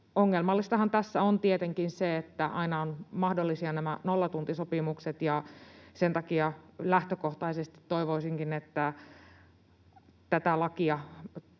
Ongelmallistahan tässä on tietenkin se, että aina ovat mahdollisia nollatuntisopimukset. Sen takia lähtökohtaisesti toivoisinkin, että tästä laista